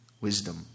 Wisdom